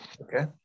Okay